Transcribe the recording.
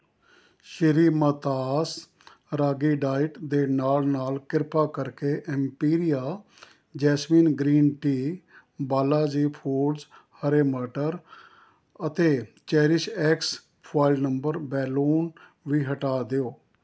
Shreematha's ragi diet ਦੇ ਨਾਲ਼ ਨਾਲ਼ ਕ੍ਰਿਪਾ ਕਰਕੇ ਐਮਪੀਰੀਆ jasmine green tea Balaji foods ਹਰੇ ਮਟਰ ਅਤੇ ਚੈਰੀਸ਼ਐਕਸ ਫੁਆਇਲ ਨੰਬਰ ਬੈਲੂਨ ਵੀ ਹਟਾ ਦਿਓ